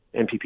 MPP